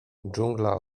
dżungla